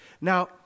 Now